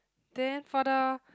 then for the